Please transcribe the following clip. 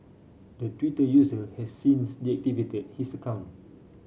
the Twitter user has since deactivated his account